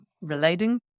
relating